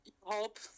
hope